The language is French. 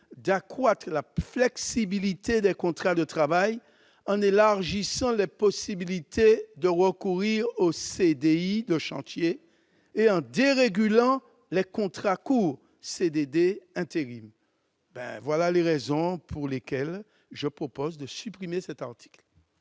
d'accroître la flexibilité des contrats de travail, en élargissant les possibilités de recourir au CDI de chantier et en dérégulant les contrats courts, CDD, intérim. Pour toutes ces raisons, je propose de supprimer cet article.